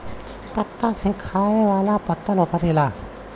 पत्ता से खाए वाला पत्तल बनेला